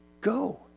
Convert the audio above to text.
Go